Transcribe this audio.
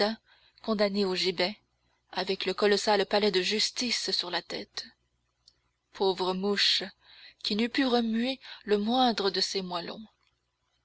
condamnée au gibet avec le colossal palais de justice sur la tête pauvre mouche qui n'eût pu remuer le moindre de